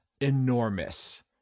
enormous